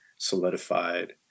solidified